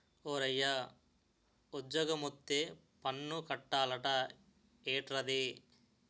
ఓరయ్యా ఉజ్జోగమొత్తే పన్ను కట్టాలట ఏట్రది